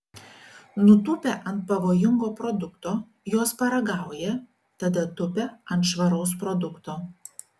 nutūpę ant pavojingo produkto jos paragauja tada tupia ant švaraus produkto